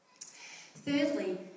Thirdly